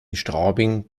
straubing